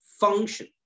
function